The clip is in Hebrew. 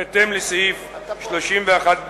בהתאם לסעיף 31(ב)